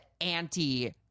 anti